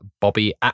Bobby